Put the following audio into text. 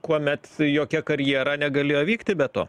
kuomet jokia karjera negalėjo vykti be to